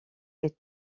est